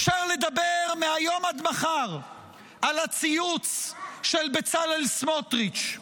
אפשר לדבר מהיום עד מחר על הציוץ של בצלאל סמוטריץ'.